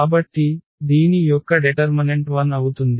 కాబట్టి దీని యొక్క డెటర్మనెంట్ 0 అవుతుంది